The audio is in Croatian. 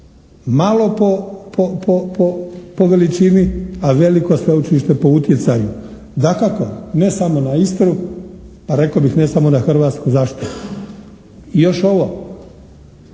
malo po veličini a veliko sveučilište po utjecaju. Dakako, ne samo na Istru a rekao bih ne samo na hrvatsku zaštitu. I još ovo,